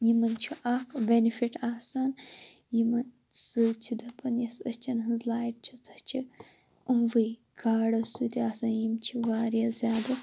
یِمَن چھ اَکھ بیٚنِفِٹ آسان یِمَن سۭتۍ چھِ دَپان یۄس ٲچھَن ہنٛز لایِٹ چھ سۄ چھِ یِموٕے گاڈو سۭتۍ آسان یِم چھِ وارِیاہ زیادٕ